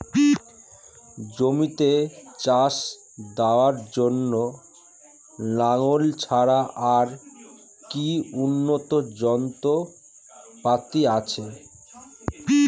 জমিতে চাষ দেওয়ার জন্য লাঙ্গল ছাড়া আর কি উন্নত যন্ত্রপাতি আছে?